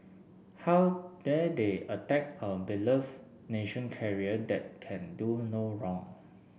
how attack our beloved nation carrier that can do no wrong